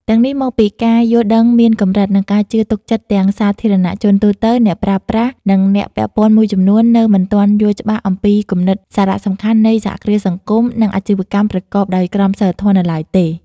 ទាំងនេះមកពីការយល់ដឹងមានកម្រិត និងការជឿទុកចិត្តទាំងសាធារណជនទូទៅ អ្នកប្រើប្រាស់ និងអ្នកពាក់ព័ន្ធមួយចំនួននៅមិនទាន់យល់ច្បាស់អំពីគំនិតសារៈសំខាន់នៃសហគ្រាសសង្គម និងអាជីវកម្មប្រកបដោយក្រមសីលធម៌នៅឡើយទេ ។